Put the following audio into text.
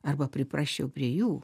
arba priprasčiau prie jų